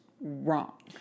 wrong